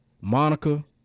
Monica